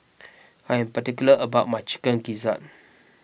I am particular about my Chicken Gizzard